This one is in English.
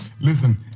listen